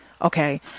Okay